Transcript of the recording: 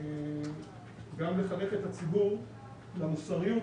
וגם לחנך את הציבור למוסריות